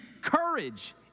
courage